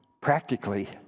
practically